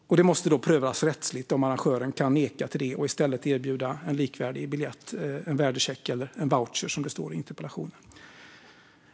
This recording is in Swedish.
Det måste då prövas rättsligt om arrangören kan neka till det och i stället erbjuda en likvärdig biljett, värdecheck eller voucher, som det står i interpellationssvaret.